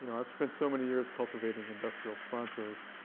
you know i've spent so many years cultivating industrial sponsors,